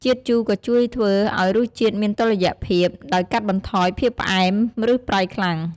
ជាតិជូរក៏ជួយធ្វើឱ្យរសជាតិមានតុល្យភាព ដោយកាត់បន្ថយភាពផ្អែម ឬប្រៃខ្លាំង។